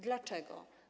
Dlaczego?